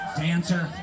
dancer